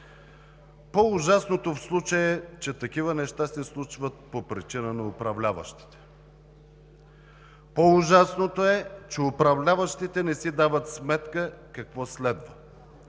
По-ужасното в случая е, че такива неща се случват по причина на управляващите. По-ужасното е, че управляващите не си дават сметка какво следва,